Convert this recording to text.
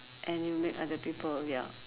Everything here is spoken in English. and you make other people ya